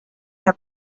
have